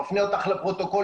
מפנה אותך לפרוטוקולים.